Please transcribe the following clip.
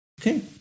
Okay